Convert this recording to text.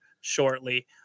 shortly